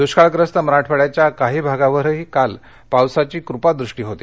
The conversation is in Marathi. दृष्काळग्रस्त मराठवाड्याच्या काही भागावरही काल पावसाची कृपादृष्टी होती